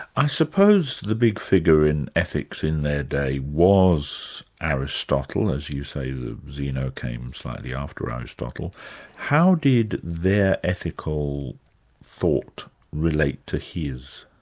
i suppose the big figure in ethics in their day was aristotle, as you say zeno came slightly after um aristotle how did their ethical thought relate to his?